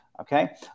Okay